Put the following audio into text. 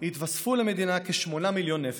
יתווספו למדינה כ-8 מיליון נפש.